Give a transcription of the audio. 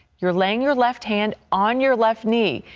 you're laying your left hand on your left knee.